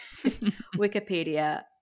Wikipedia